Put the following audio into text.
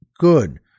good